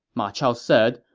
ma chao said,